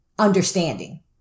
understanding